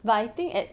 but I think at